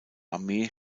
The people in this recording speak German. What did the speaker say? armee